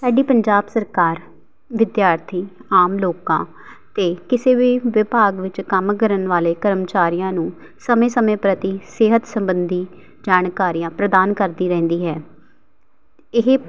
ਸਾਡੀ ਪੰਜਾਬ ਸਰਕਾਰ ਵਿਦਿਆਰਥੀ ਆਮ ਲੋਕਾਂ ਅਤੇ ਕਿਸੇ ਵੀ ਵਿਭਾਗ ਵਿੱਚ ਕੰਮ ਕਰਨ ਵਾਲੇ ਕਰਮਚਾਰੀਆਂ ਨੂੰ ਸਮੇਂ ਸਮੇਂ ਪ੍ਰਤੀ ਸਿਹਤ ਸੰਬੰਧੀ ਜਾਣਕਾਰੀਆਂ ਪ੍ਰਦਾਨ ਕਰਦੀ ਰਹਿੰਦੀ ਹੈ ਇਹ